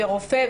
רופא,